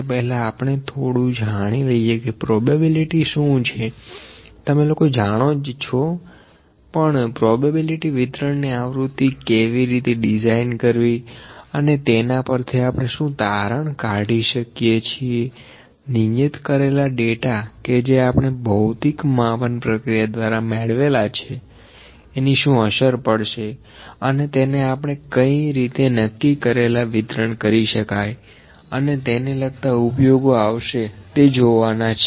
તે પહેલાં આપણે થોડું જાણી લઈએ કે પ્રોબેબિલીટી શું છે તમે લોકો જાણો જ છોપણ પ્રોબેબિલીટી વિતરણ ની આવૃત્તિ કેવી રીતે ડિઝાઇન કરવી અને તેના પરથી આપણે શું તારણ કાઢી શકીએ છીએ નિયત કરેલા ડેટા કે જે આપણે ભૌતિક માપન પ્રક્રિયા દ્વારા મેળવેલા છે એની શું અસર પડશે અને તેને આપણે કંઈ રીતે નક્કી કરેલા વિતરણ કરી શકાય અને તેને લગતા ઉપયોગો આવશે તે જોવાના છે